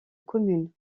commune